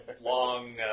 long